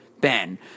Ben